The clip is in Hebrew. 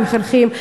כמחנכים,